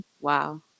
Wow